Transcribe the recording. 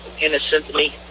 innocently